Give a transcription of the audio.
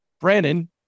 Brandon